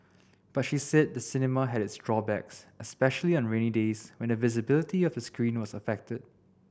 but she said the cinema had its drawbacks especially on rainy days when the visibility of the screen was affected